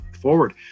forward